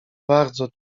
bardzo